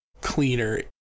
cleaner